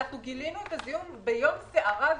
גילינו את הזיהום ביום סערה גדול,